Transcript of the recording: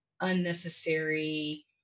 unnecessary